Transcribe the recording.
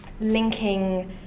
linking